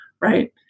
right